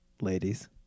ladies